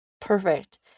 Perfect